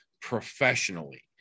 professionally